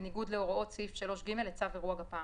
בניגוד להוראות סעיף 3(ג) לצו אירוע גפ"מ,